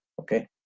okay